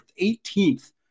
18th